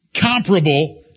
Comparable